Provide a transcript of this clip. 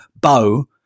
bow